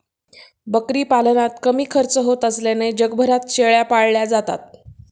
बकरी पालनात कमी खर्च होत असल्याने जगभरात शेळ्या पाळल्या जातात